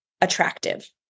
attractive